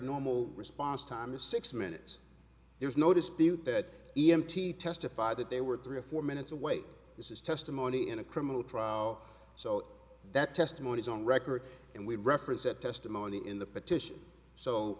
normal response time is six minutes there's no dispute that e m t testified that they were three or four minutes away this is testimony in a criminal trial so that testimony is on record and we reference that testimony in the petition so